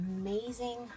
amazing